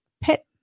pet